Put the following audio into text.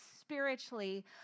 spiritually